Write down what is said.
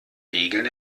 regeln